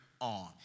on